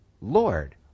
Lord